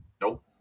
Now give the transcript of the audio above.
Nope